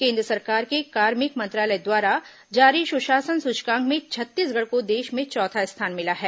केंद्र सरकार के कार्मिक मंत्रालय द्वारा जारी सुशासन सूचकांक में छत्तीसगढ़ को देश में चौथा स्थान मिला है